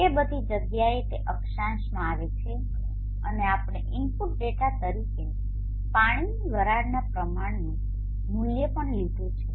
અને તે બધી જગ્યાઓ તે અક્ષાંશમાં આવે છે અને આપણે ઇનપુટ ડેટા તરીકે પાણીની વરાળના પ્રમાણનું મૂલ્ય પણ લીધું છે